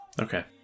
Okay